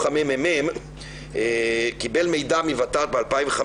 הממ"מ קיבל מידע מות"ת ב-2015,